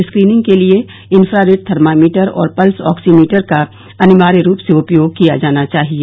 screening के लिये infrared thermometer और पल्स ऑक्सोमीटर का अनिवार्य रूप से उपयोग किया जाना चाहिये